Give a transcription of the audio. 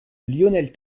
lionel